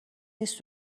نیست